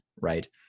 Right